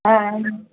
हा